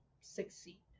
succeed